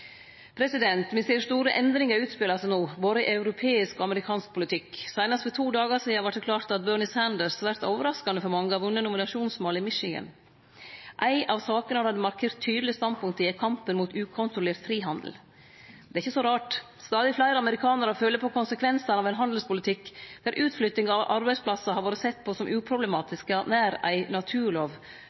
Me ser no store endringar skje, både i europeisk og i amerikansk politikk. Seinast for to dagar sidan vart det klart at Bernie Sanders, svært overraskande for mange, har vunne nominasjonsvalet i Michigan. Ei av sakene han har markert tydeleg standpunkt i, er kampen mot ukontrollert frihandel. Det er ikkje så rart. Stadig fleire amerikanarar føler på konsekvensane av ein handelspolitikk der utflyttinga av arbeidsplassar har vore sett på som uproblematisk, ja nær ei naturlov,